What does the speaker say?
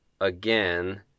again